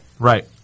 Right